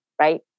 Right